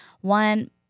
one